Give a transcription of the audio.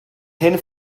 hen